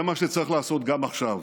זה מה שצריך לעשות גם עכשיו.